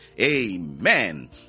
amen